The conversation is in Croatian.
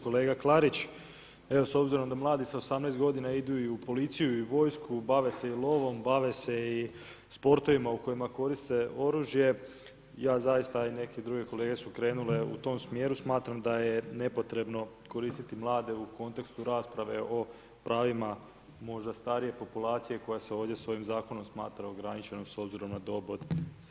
Kolega Klarić, evo s obzirom da mladi s 18. g. idu i u policiju i u vojsku, bavi se i lovom, bave se i sportovima, u kojima koriste oružje, ja zaista i neke druge kolege su krenule u tom smjeru, smatram da je nepotrebno koristiti mlade u kontekstu rasprave o pravima možda starije populacije koja se ovdje, s ovim zakonom smatra ograničeno, s obzirom na dob od 70 g. Hvala.